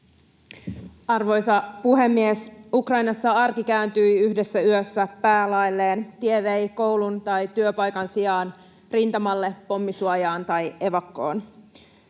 Arvoisa puhemies! Ukrainassa arki kääntyi yhdessä yössä päälaelleen. Tie vei koulun tai työpaikan sijaan rintamalle, pommisuojaan tai evakkoon.